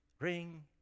Ring